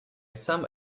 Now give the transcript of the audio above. some